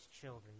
children